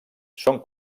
són